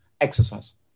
exercise